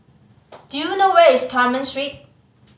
do you know where is Carmen Street